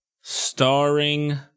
starring